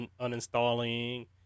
uninstalling